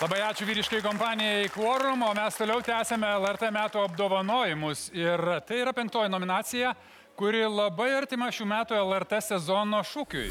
labai ačiū vyriškai kompanijai kvorum o mes toliau tęsiame lrt metų apdovanojimus ir tai yra penktoji nominacija kuri labai artima šių metų lrt sezono šūkiui